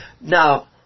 now